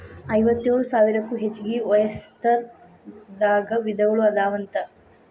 ಐವತ್ತೇಳು ಸಾವಿರಕ್ಕೂ ಹೆಚಗಿ ಒಯಸ್ಟರ್ ದಾಗ ವಿಧಗಳು ಅದಾವಂತ